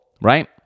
right